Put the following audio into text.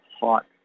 hot